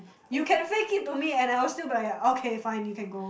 you can fake it to me and I will still be like okay fine you can go